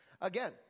again